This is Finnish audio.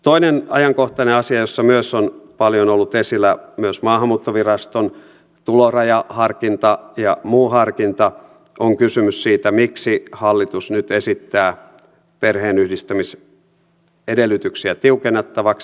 toisessa ajankohtaisessa asiassa jossa on paljon ollut esillä myös maahanmuuttoviraston tulorajaharkinta ja muu harkinta on kysymys siitä miksi hallitus nyt esittää perheenyhdistämisedellytyksiä tiukennettavaksi